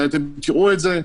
תראו את זה,